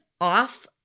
off